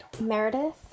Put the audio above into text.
Meredith